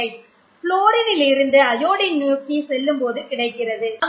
18 புளோரினிலிருந்து அயோடின் நோக்கி செல்லும்போது கிடைக்கிறது